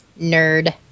nerd